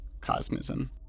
cosmism